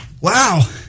Wow